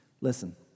Listen